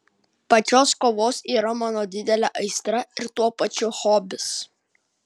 pačios kovos yra mano didelė aistra ir tuo pačiu hobis